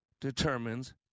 determines